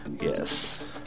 Yes